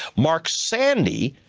mark sandy,